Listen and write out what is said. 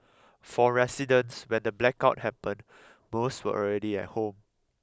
for residents when the blackout happened most were already at home